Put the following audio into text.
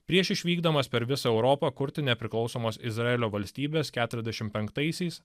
prieš išvykdamas per visą europą kurti nepriklausomos izraelio valstybės keturiasdešimt penktaisiais